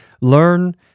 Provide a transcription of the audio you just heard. learn